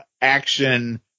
action